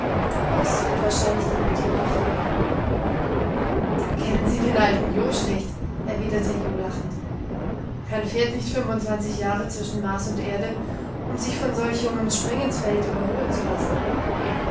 oß wird wahrscheinlich den meteor führen da kennen sie den alten jo schlecht erwiderte jo lachend man fährt nicht fünfundzwanzig jahre zwischen mars und erde um sich von solch jungem springinsfeld überholen zu lassen